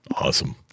awesome